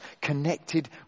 connected